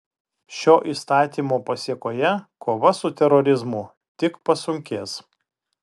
šio įstatymo pasėkoje kova su terorizmu tik pasunkės